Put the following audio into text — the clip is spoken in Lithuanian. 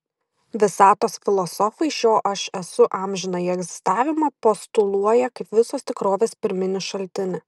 visatos filosofai šio aš esu amžinąjį egzistavimą postuluoja kaip visos tikrovės pirminį šaltinį